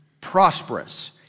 prosperous